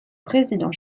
président